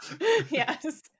Yes